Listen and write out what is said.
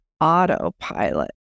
autopilot